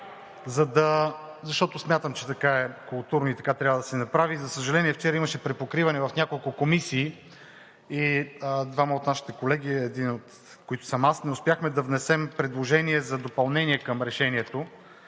защото смятам, че така е културно и така трябва да се направи. За съжаление, вчера имаше препокриване в няколко комисии и двама от нашите колеги, един от които съм аз, не успяхме да внесем предложение за допълнение към решението.